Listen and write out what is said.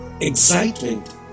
excitement